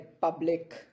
public